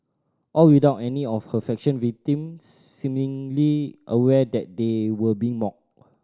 all without any of her fashion victim seemingly aware that they were being mocked